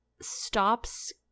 stops